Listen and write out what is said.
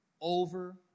over